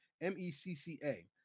m-e-c-c-a